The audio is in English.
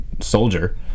soldier